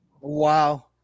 wow